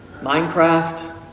Minecraft